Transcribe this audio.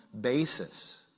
basis